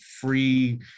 free